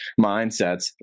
mindsets